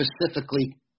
specifically